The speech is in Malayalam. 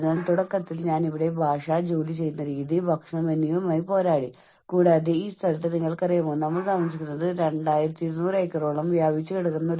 അതിനാൽ ഈ കാര്യങ്ങളെല്ലാം ജോലിസ്ഥലത്തെ മാനസിക സാമൂഹിക സുരക്ഷാ പരിസ്ഥിതിയിലെ അല്ലെങ്കിൽ മാനസിക ക്ഷേമത്തിന്റെ ഘടകങ്ങളായി രൂപപ്പെടുന്നു